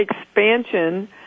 expansion